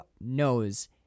knows